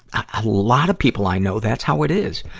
a lot of people i know that's how it is.